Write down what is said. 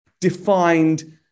defined